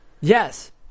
Yes